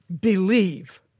believe